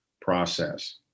process